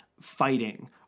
fighting